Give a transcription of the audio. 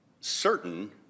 certain